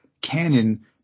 canon